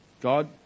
god